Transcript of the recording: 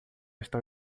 estão